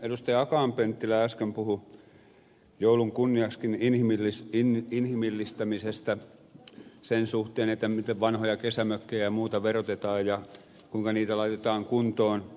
akaan penttilä äsken puhui joulun kunniaksikin inhimillistämisestä sen suhteen miten vanhoja kesämökkejä ja muuta verotetaan ja kuinka niitä laitetaan kuntoon